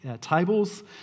tables